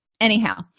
anyhow